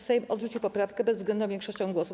Sejm odrzucił poprawkę bezwzględną większością głosów.